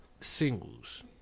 singles